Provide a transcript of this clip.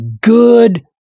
good